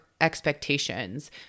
expectations